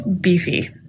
beefy